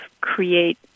create